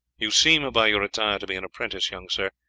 you seem by your attire to be an apprentice, young sir,